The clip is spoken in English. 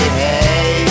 hey